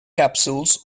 capsules